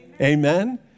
Amen